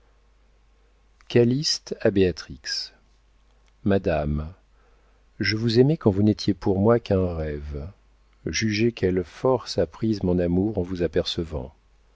calyste a béatrix madame je vous aimais quand vous n'étiez pour moi qu'un rêve jugez quelle force a prise mon amour en vous apercevant